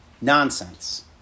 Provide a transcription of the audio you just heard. Nonsense